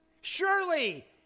Surely